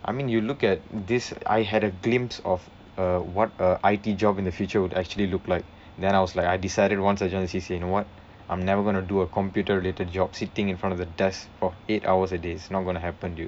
I mean you look at this I had a glimpse of err what err I_T job in the future would actually look like then I was like I decided once I join the C_C_A you know what I'm never gonna do a computer related job sitting in front of the desk for eight hours a day is not going to happen dude